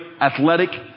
athletic